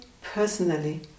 personally